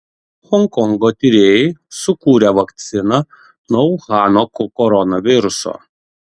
honkongo tyrėjai sukūrė vakciną nuo uhano koronaviruso